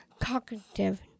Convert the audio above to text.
cognitive